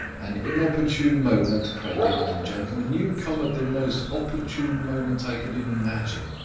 an inopportune moment, cried the ardent gentleman. you come at the most opportune moment i could imagine.